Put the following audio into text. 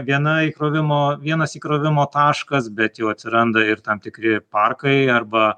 viena įkrovimo vienas įkrovimo taškas bet atsiranda ir tam tikri parkai arba